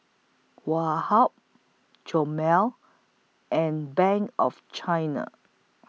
Woh Hup Chomel and Bank of China